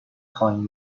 خواهیم